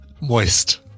moist